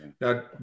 Now